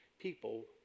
people